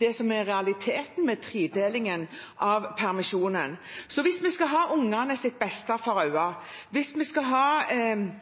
det som er realiteten med tredelingen av permisjonen. Hvis vi skal ha barnas beste for øye, hvis vi skal ha